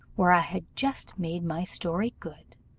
where i had just made my story good,